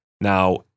Now